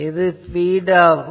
இது பீட் ஆகும்